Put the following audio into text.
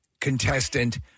contestant